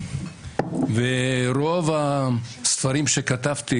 ורוב הספרים שכתבתי,